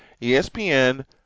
ESPN